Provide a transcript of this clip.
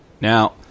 Now